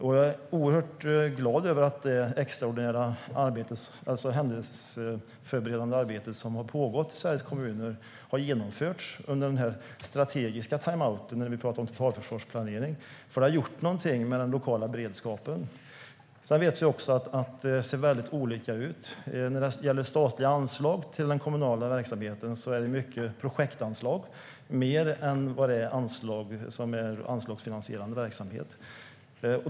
Jag är oerhört glad över att det händelseförberedande arbete som har pågått i Sveriges kommuner har genomförts under den strategiska timeouten när vi pratar om totalförsvarsplanering. Det har gjort någonting med den lokala beredskapen. Sedan vet vi att det ser väldigt olika ut. Statliga anslag till den kommunala verksamheten går i stor utsträckning till projektanslag mer än till anslagsfinansierande verksamhet.